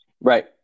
Right